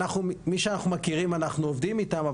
מי שאנחנו מכירים אנחנו עובדים איתם,